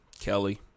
Kelly